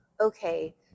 okay